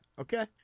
Okay